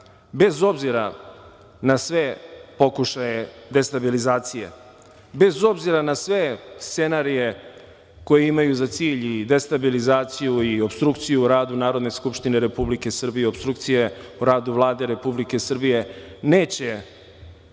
bez obzira na sve pokušaje destabilizacije, bez obzira na sve scenarije koji imaju za cilj i destabilizaciju i opstrukciju u radu Narodne skupštine Republike Srbije, opstrukcije u radu Vlade Republike Srbije. Neće